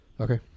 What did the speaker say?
Okay